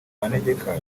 manegeka